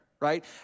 right